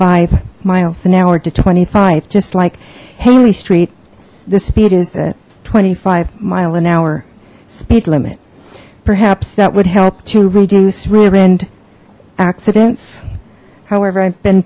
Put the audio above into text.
five miles an hour to twenty five just like haley street the speed is a twenty five mile an hour speed limit perhaps that would help to reduce rear end accidents however i've been